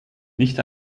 nicht